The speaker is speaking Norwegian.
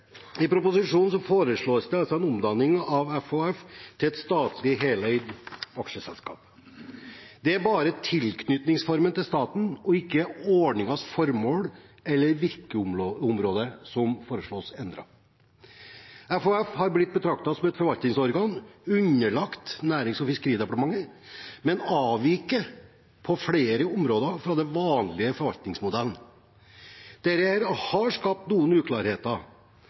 I proposisjonen foreslås det en omdanning av FHF til et statlig heleid aksjeselskap. Det er bare tilknytningsformen til staten, ikke ordningens formål eller virkeområde, som foreslås endret. FHF er blitt betraktet som et forvaltningsorgan underlagt Nærings- og fiskeridepartementet, men avviker på flere områder fra den vanlige forvaltningsmodellen. Dette har skapt noen uklarheter.